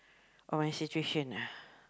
of my situation ah